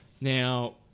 Now